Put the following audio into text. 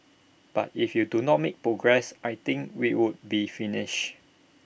but if you do not make progress I think we would be finished